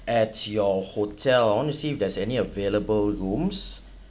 at your hotel I want to see if there's any available rooms